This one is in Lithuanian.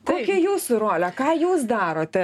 kokia jūsų rolė ką jūs darote